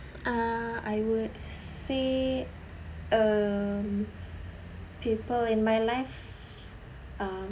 ah I would say um people in my life um